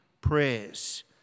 prayers